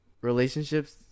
relationships